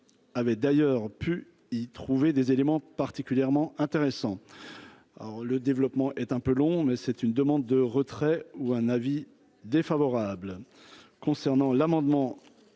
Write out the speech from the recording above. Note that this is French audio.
avait d'ailleurs pu y trouver des éléments particulièrement intéressant alors le développement est un peu long mais c'est une demande de retrait ou un avis défavorable concernant l'amendement